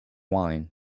wine